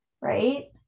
right